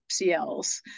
CLs